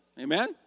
Amen